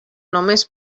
només